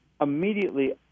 immediately